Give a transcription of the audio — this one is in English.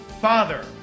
Father